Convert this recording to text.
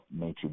nature